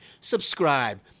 Subscribe